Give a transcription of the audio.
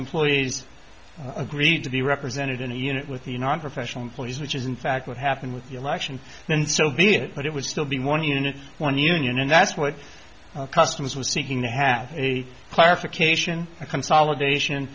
employees agreed to be represented in a unit with the nonprofessional employees which is in fact what happened with the election then so be it but it would still be one unit one union and that's what customs was seeking to have a clarification a consolidation